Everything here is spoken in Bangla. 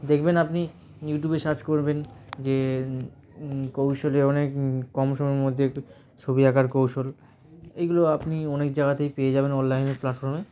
দেখবেন আপনি ইউটিউবে সার্চ করবেন যে কৌশলে অনেক কম সময়ের মধ্যে ছবি আঁকার কৌশল এইগুলো আপনি অনেক জায়গাতেই পেয়ে যাবেন অনলাইনের প্ল্যাটফর্মে